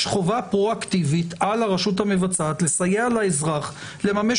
יש חובה פרואקטיבית על הרשות המבצעת לסייע לאזרח לממש